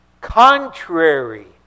contrary